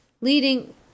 leading